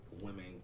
women